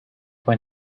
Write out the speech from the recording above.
when